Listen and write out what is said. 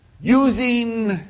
Using